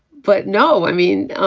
but no, i mean,